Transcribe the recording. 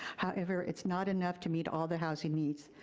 however it's not enough to meet all the housing needs.